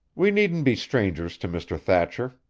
we needn't be strangers to mr. thatcher,